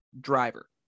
driver